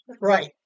Right